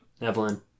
Evelyn